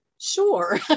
Sure